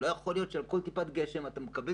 לא יכול להיות שעל כל טיפת גשם אתה מקבל